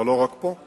אבל לא רק פה,